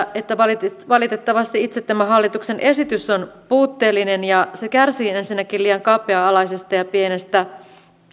että valitettavasti valitettavasti itse tämä hallituksen esitys on puutteellinen se kärsii ensinnäkin liian kapea alaisesta ja pienestä